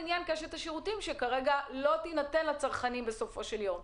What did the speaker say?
לעניין של קשת השירותים שלא ניתנים לצרכנים בסופו של יום,